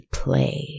play